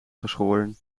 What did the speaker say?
geschoren